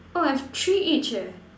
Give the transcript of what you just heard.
oh I have three each eh